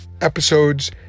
episodes